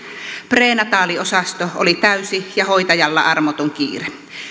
prenataaliosasto oli täysi ja hoitajalla armoton kiire